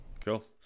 Cool